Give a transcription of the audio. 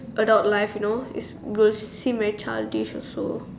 adult life you know you'll seem very childish also